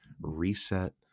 reset